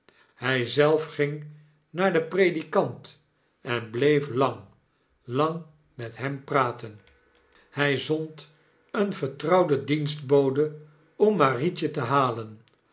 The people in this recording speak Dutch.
hy zelf ging naar den predikant en bleef lang lang met hem praten hij zond een vertrouwden dienstbode om marietje te halen